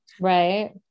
Right